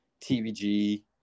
TVG